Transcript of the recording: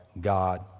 God